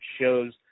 shows